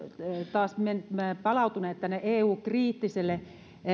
taas palautuneet eu kriittiselle